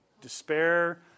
despair